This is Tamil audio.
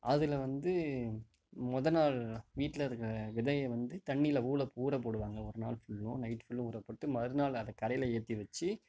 அதில் வந்து மொதல் நாள் வீட்டில் இருக்கிற விதையை வந்து தண்ணியில் ஊற போடுவாங்க ஒரு நாள் ஃபுல்லும் நைட் ஃபுல்லும் ஊற போட்டு மறுநாள் அதை கரையில் ஏற்றி வச்சு